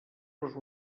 les